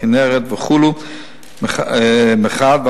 הכינרת וכו' מחד גיסא,